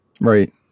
Right